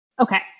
okay